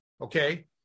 okay